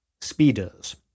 speeders